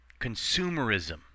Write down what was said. consumerism